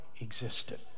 existed